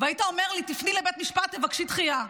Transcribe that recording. והיית אומר לי: תפני לבית משפט, תבקשי דחייה,